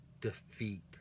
defeat